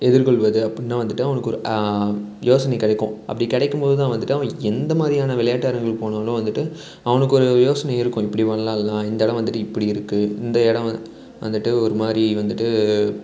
எதிர்கொள்வது அப்புடின்னா வந்துட்டு அவனுக்கு ஒரு யோசனை கிடைக்கும் அப்படி கிடைக்கும் போது தான் வந்துட்டு அவன் எந்தமாதிரியான விளையாட்டு அரங்குகளுக்கு போனாலும் வந்துட்டு அவனுக்கு ஒரு யோசனை இருக்கும் இப்படி விளாட்லாம் இந்த இடம் வந்துட்டு இப்படி இருக்குது இந்த இடம் வந்து வந்துட்டு ஒரு மாதிரி வந்துட்டு